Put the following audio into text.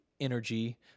energy